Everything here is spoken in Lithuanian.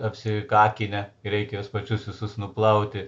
apsikakinę reikia juos pačius visus nuplauti